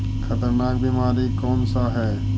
खतरनाक बीमारी कौन सा है?